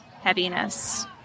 heaviness